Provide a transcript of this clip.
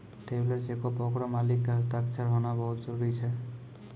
traveller चेको पे ओकरो मालिक के हस्ताक्षर होनाय बहुते जरुरी छै